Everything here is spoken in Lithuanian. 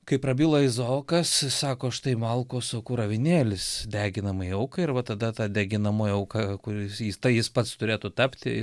kai prabyla izaokas sako štai malkos o kur avinėlis deginamajai aukai ir va tada tą deginamoji auka kuri tai jis pats turėtų tapti